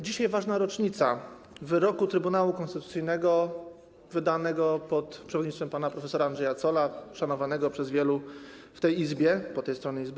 Dzisiaj jest ważna rocznica wyroku Trybunału Konstytucyjnego wydanego pod przewodnictwem pana prof. Andrzeja Zolla, szanowanego przez wielu w tej Izbie, zwłaszcza po tej stronie Izby.